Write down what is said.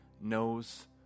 knows